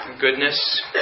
goodness